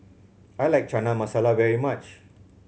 I like Chana Masala very much